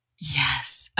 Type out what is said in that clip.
Yes